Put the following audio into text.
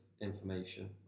information